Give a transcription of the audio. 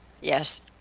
yes